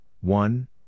one